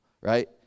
right